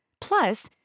Plus